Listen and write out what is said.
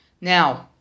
Now